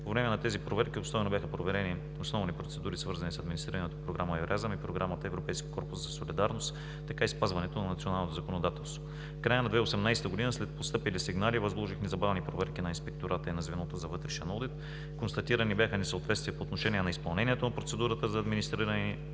време на тези проверки обстойно бяха проверени основни процедури, свързани с администрирането по програма „Еразъм“ и програма „Европейски корпус за солидарност“, така и спазването на националното законодателство. В края на 2018 г. след постъпили сигнали възложих незабавни проверки на Инспектората и на звеното за Вътрешен одит. Констатирани бяха несъответствия по отношение на изпълнението на процедурата за администриране